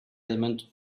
elemental